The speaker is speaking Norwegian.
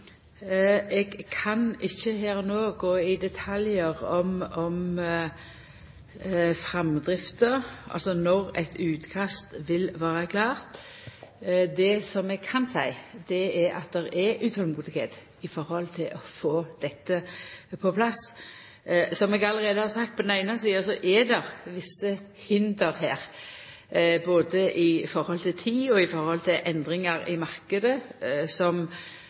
Eg kan ikkje her og no gå i detalj om framdrifta, altså når eit utkast vil vera klart. Det som eg kan seia, er at ein er utolmodig etter å få dette på plass. Som eg allereie har sagt: På den eine sida er det visse hinder her både i forhold til tid og i forhold til endringar i marknaden som